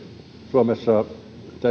suomessa täytyy